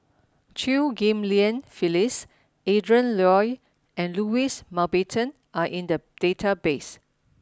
Chew Ghim Lian Phyllis Adrin Loi and Louis Mountbatten are in the database